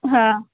હા